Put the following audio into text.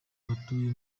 abatuye